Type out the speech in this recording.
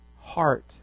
heart